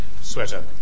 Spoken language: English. sweater